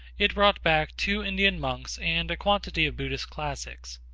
it brought back two indian monks and a quantity of buddhist classics.